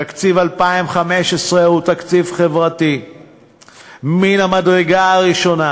תקציב 2015 הוא תקציב חברתי מן המדרגה הראשונה,